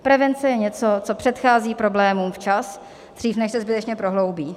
Prevence je něco, co předchází problémům včas, dřív, než se skutečně prohloubí.